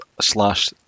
slash